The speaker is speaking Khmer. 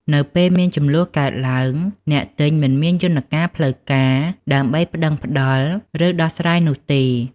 នៅពេលមានជម្លោះកើតឡើង អ្នកទិញមិនមានយន្តការផ្លូវការដើម្បីប្ដឹងផ្ដល់ឬដោះស្រាយនោះទេ។